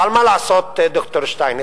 אבל, מה לעשות, ד"ר שטייניץ?